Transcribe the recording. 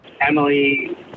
Emily